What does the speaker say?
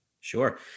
Sure